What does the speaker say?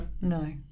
No